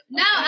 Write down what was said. no